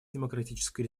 демократической